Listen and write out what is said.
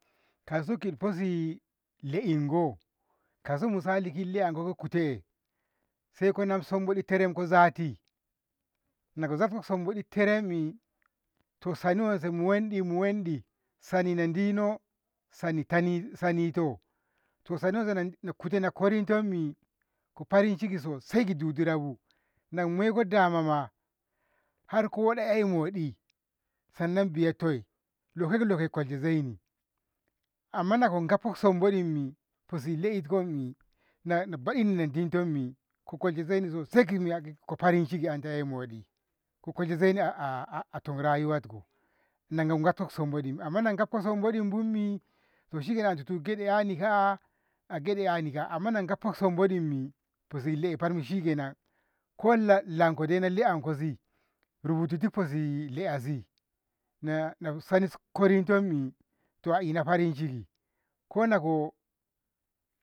Kauso ki fozi le'ingo kauso misali ki la'yanko kute saiko namin sumbodi taarenko zatti, nako zafko sombodi terammi to sani wammi muwanɗi muwanɗi sanina dino sani sanito, to sani wanse na koritommi kofarin ciki sosai kidudurabu namaiko dama ma harkofaɗa 'yai moɗi sannan biya toi lekoi lekoi kolshe zeni amma nagafko sumbodimmi fosi la'itkommi nani baditni intommi ko kolshe zaini kebiya ko farin ciki anta ei moɗi ko kolshe zaini atom rayuwatko lagak gatam sumbodi dimma nagfko somboɗi amma nagafko somboɗin bummi toh shikenan gada 'yani ka'a a gada 'yani ka'a, amma nagafko sambodimmi to sai la'e shikenan ko lanko le'enkoshi rubutiti fuzzi le'eshi nasani korinkommi ina farin ciki ko nako